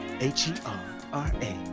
H-E-R-R-A